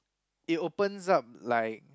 it opens up like